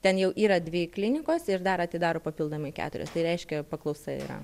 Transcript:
ten jau yra dvi klinikos ir dar atidaro papildomai keturias tai reiškia paklausa yra